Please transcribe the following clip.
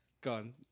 Gone